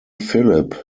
philip